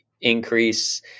increase